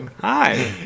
Hi